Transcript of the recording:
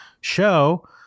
show